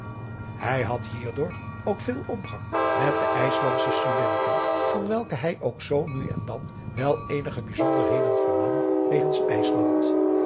hij had hierdoor ook veel omgang met de ijslandsche studenten van welke hij ook zoo nu en dan wel eenige bijzonderheden vernam wegens ijsland